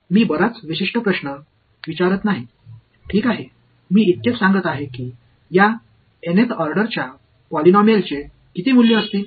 நான் ஒரு குறிப்பிட்ட கேள்வியைக் கேட்கவில்லை இந்த Nth ஆர்டர் பாலினாமியலில் எத்தனை வேர்கள் இருக்கும் என்று நான் சொல்கிறேன்